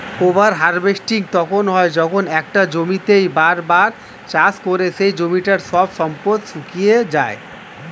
over harvesting তখন হয় যখন একটা জমিতেই বার বার চাষ করে সেই জমিটার সব সম্পদ শুষিয়ে যায়